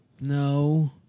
No